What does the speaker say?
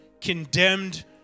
condemned